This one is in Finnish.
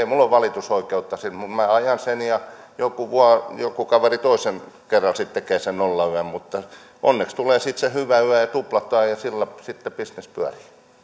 minulla ole valitusoikeutta minä ajan sen ja joku kaveri sitten toisen kerran tekee sen nollayön mutta onneksi tulee sitten se hyvä yö ja tuplataan ja sillä sitten bisnes pyörii